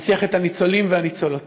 להנציח את הניצולים והניצולות.